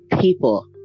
people